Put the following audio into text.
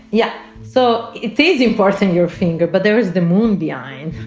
yeah. so it seems important your finger, but there is the moon behind.